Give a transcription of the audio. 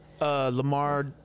Lamar